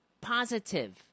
positive